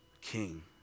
king